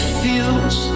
feels